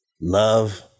love